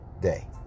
day